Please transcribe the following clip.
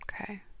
Okay